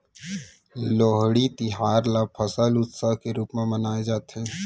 लोहड़ी तिहार ल फसल उत्सव के रूप म मनाए जाथे